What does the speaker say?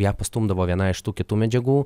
ją pastumdavo viena iš tų kitų medžiagų